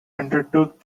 undertook